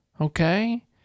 Okay